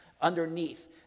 underneath